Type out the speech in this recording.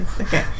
Okay